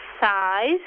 size